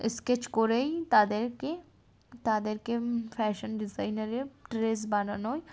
sketch করেই তাদেরকে তাদেরকে ফ্যাশন ডিজাইনারে ড্রেস বানানোই